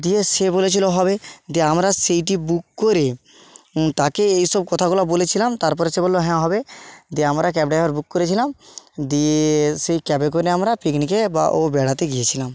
দিয়ে সে বলেছিল হবে দিয়ে আমরা সেইটি বুক করে তাকে এই সব কথাগুলো বলেছিলাম তার পরে সে বলল হ্যাঁ হবে দিয়ে আমরা ক্যাব ড্রাইভার বুক করেছিলাম দিয়ে সেই ক্যাবে করে আমরা পিকনিকে বা ও বেড়াতে গিয়েছিলাম